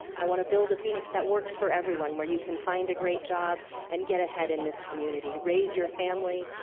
i want to build a phoenix that works for everyone, where you could find a great job and get ahead in this community, raise your family,